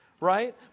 Right